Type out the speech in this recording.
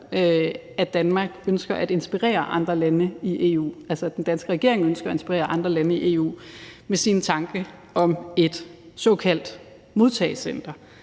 at Danmark ønsker at inspirere andre lande i EU – altså at den danske regering ønsker at inspirere andre lande i EU med sin tanke om et såkaldt modtagecenter